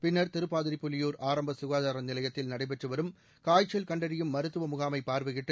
பின்னர் திருப்பாதிரிப்புலியூர் ஆரம்ப ககாதார நிலையத்தில் நடைபெற்ற காய்ச்சல் கண்டறியும் மருத்துவ முகாமை பார்வையிட்டு